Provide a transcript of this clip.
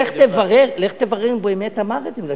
לך תברר אם הוא באמת אמר את זה,